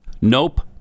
Nope